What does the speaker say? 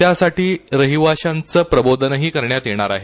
त्यासाठी रहिवाशांचं प्रबोधनही करण्यात येणार आहे